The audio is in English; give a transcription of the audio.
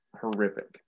horrific